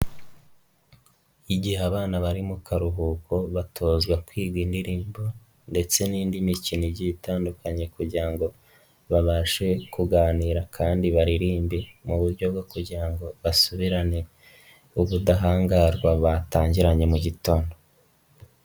Igihe abana bari mu karuhuko batozwa kwiga indirimbo, ndetse n'indi mikino igiye itandukanye kugira ngo babashe kuganira kandi baririmbe, mu buryo bwo kugira ngo basubirane ubudahangarwa batangiranye mu gitondo.